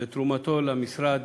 ותרומתו למשרד